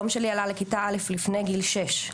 תום שלי עלה לכיתה א' לפני גיל שש,